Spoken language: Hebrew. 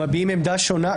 מביעים עמדה שונה.